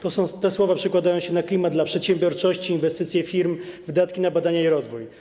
Te słowa przekładają się na klimat dla przedsiębiorczości, inwestycje firm, wydatki na badania i rozwój.